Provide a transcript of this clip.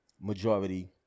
majority